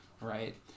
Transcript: right